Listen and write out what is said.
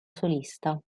solista